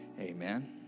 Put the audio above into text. Amen